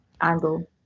angle